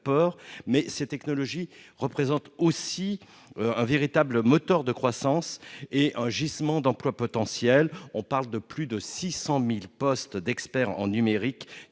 peur, mais ces technologies représentent aussi un véritable moteur de croissance et un gisement d'emplois potentiels : plus de 600 000 postes d'expert en numérique